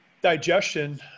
digestion